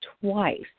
twice